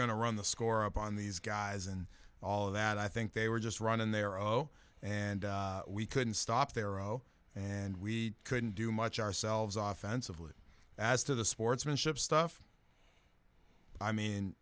going to run the score up on these guys and all of that i think they were just run in there oh and we couldn't stop there oh and we couldn't do much ourselves off uncivil as to the sportsmanship stuff i mean